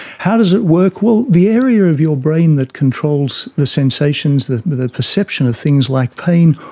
how does it work? well, the area of your brain that controls the sensations, the the perception of things like pain,